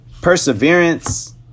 Perseverance